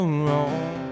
wrong